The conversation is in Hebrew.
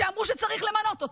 שאמרו שצריך למנות אותו.